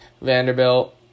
Vanderbilt